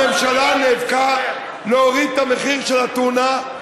הממשלה נאבקה להוריד את המחיר של הטונה,